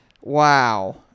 Wow